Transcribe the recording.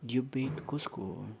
यो बेड कसको हो